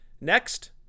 Next